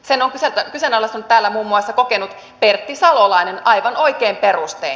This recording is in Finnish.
sen on kyseenalaistanut täällä muun muassa kokenut pertti salolainen aivan oikein perustein